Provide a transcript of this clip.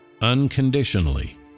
unconditionally